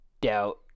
doubt